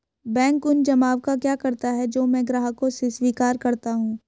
Bank उन जमाव का क्या करता है जो मैं ग्राहकों से स्वीकार करता हूँ?